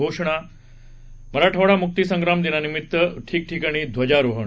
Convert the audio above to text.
घोषणा मराठवाडा मुक्तीसंग्राम दिनानिमित्त ठिकठिकाणी ध्वजारोहण